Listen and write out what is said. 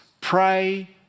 pray